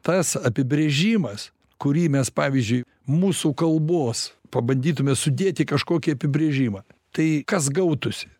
tas apibrėžimas kurį mes pavyzdžiui mūsų kalbos pabandytume sudėti kažkokį apibrėžimą tai kas gautųsi